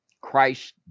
Christ